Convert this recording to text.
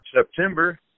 September